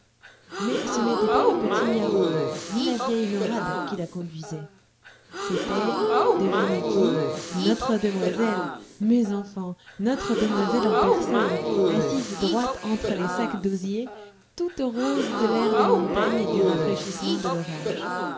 mais ce n'était pas le petit miarro ni la vieille norade qui la conduisait c'était devinez qui notre demoiselle mes enfants notre demoiselle en personne assise droite entre les sacs d'osier toute rose de l'air des montagnes et du rafraîchissement de l'orage